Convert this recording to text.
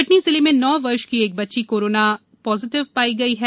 कटनी जिले में नौ वर्ष की एक बच्ची कोरोना पॉजिटिव पायी गयी है